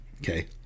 Okay